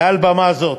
מעל במה זו,